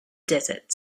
desert